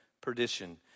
perdition